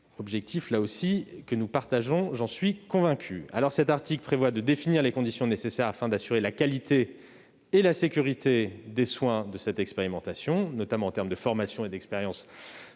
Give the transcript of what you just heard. objectif que nous partageons tous, j'en suis convaincu. Cet article définit les conditions nécessaires afin d'assurer la qualité et la sécurité des soins dans le cadre de cette expérimentation, notamment en termes de formation et d'expérience